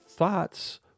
thoughts